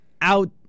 out